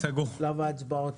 בשלב ההצבעות.